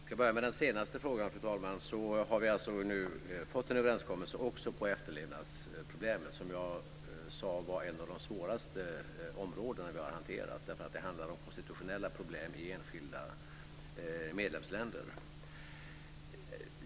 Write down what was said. Fru talman! För att börja med den senaste frågan har vi alltså nu fått en överenskommelse också om efterlevnadsproblemet, som jag sade var ett av de svåraste områdena vi har hanterat, därför att det handlar om konstitutionella problem i enskilda medlemsländer.